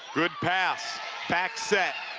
good pass back set.